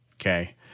okay